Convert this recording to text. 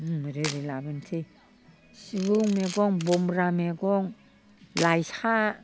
ओरै ओरै लाबोनोसै सिगुं मैगं बमब्रा मैगं लाइसा